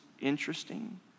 interesting